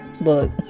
look